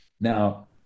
Now